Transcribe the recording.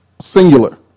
singular